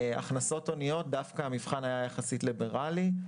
לגבי הכנסות הוניות המבחן היה דווקא ליברלי יחסית,